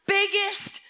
biggest